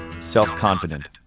self-confident